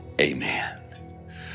Amen